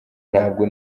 ntabwo